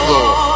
Lord